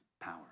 power